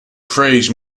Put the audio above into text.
phrase